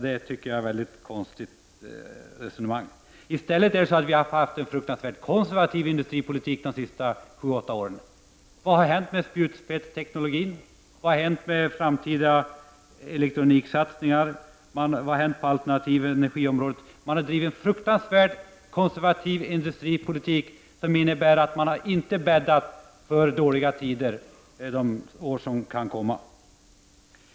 Det tycker jag är ett väldigt konstigt resonemang. I stället är det så att vi har haft en fruktansvärt konservativ industripolitik de senaste sju åtta åren. Vad har hänt med spjutspetsteknologin? Vad har hänt med framtida elektroniksatsningar? Vad har hänt på det alternativa energiområdet? Man har som sagt bedrivit en fruktansvärt konservativ industripolitik som har inneburit att man har bäddat för dåliga tider under kommande år.